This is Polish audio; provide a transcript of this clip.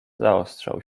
zaostrzał